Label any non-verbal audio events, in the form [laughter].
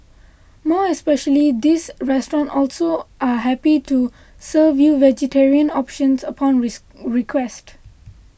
more especially this restaurant also are happy to serve you vegetarian options upon [hesitation] request